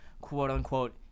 quote-unquote